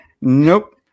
Nope